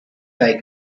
like